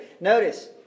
Notice